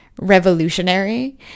revolutionary